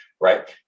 right